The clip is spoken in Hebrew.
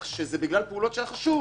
שאומר היום: "באין